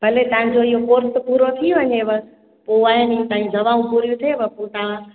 भले तव्हांजो इहो कोर्स पूरो थी वञेव पोइ आहिनि दवाऊं पूरी थिएव पोइ तव्हां